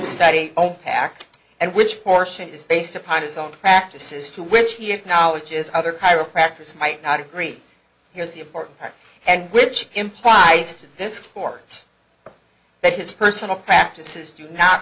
study pack and which portion is based upon his own practices to which he acknowledges other chiropractors might not agree here's the important part and which implies to this court that his personal practices do not